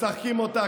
משחקים אותה,